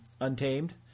Untamed